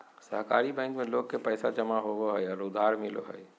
सहकारी बैंक में लोग के पैसा जमा होबो हइ और उधार मिलो हइ